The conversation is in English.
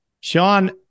Sean